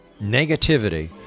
negativity